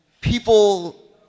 people